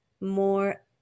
more